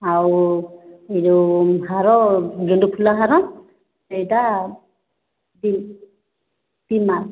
ଆଉ ଏ ଯେଉଁ ହାର ଗେଣ୍ଡୁ ଫୁଲ ହାର ଏଇଟା ଦୁଇ ଦୁଇ ମାଳ